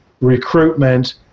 recruitment